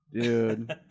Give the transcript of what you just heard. Dude